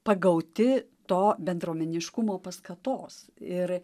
pagauti to bendruomeniškumo paskatos ir